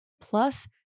Plus